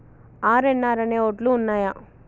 RNR అనే వడ్లు ఉన్నయా?